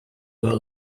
were